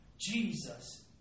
Jesus